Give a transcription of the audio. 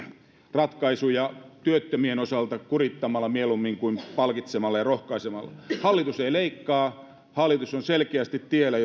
ratkaisuja työttömien osalta mieluummin kurittamalla kuin palkitsemalla ja rohkaisemalla hallitus ei leikkaa hallitus on selkeästi tiellä